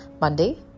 Monday